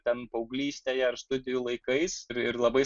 ten paauglystėje ar studijų laikais ir ir labai